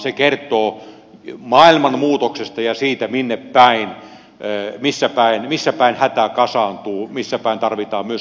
se kertoo maailman muutoksesta ja siitä missä päin hätä kasaantuu missä päin tarvitaan myös suomalaisten rakentavaa otetta